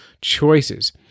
choices